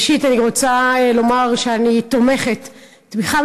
ראשית אני רוצה לומר שאני תומכת תמיכה